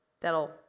That'll